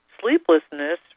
Sleeplessness